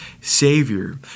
Savior